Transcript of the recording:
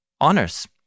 honors